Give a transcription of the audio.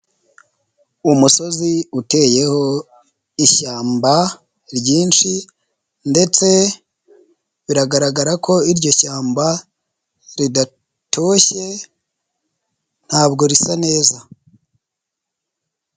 Umusozi uteyeho ishyamba ryinshi ndetse biragaragara ko iryo shyamba ridatoshye ntabwo risa neza.